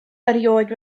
erioed